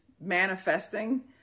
manifesting